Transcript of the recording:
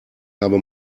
habe